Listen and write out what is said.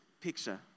picture